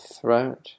throat